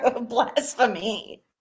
blasphemy